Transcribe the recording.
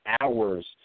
hours